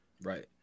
Right